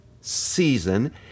season